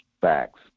Facts